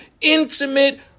intimate